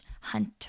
Hunter